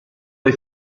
dei